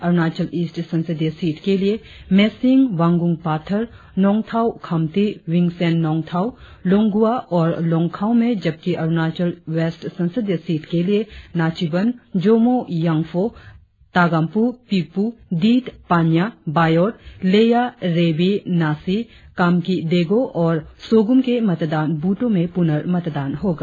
Arunachal east संसदीय seat के लिए मेसिंग वांगुनपाथर नोंगथाव खाम्ति विंगसेन नोंगथाव लोंगुवा और लोंगखाव में जबकि अरुणाचल वेस्ट संसदीय सीट के लिए नाचिबन जोमोह यांगफो तागामपु पिपु दित पानिया बायोर लेया रेबी नासी कामकी देगों और सोगुम के मतदान बूथों में पुर्नमतदान होगा